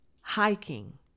hiking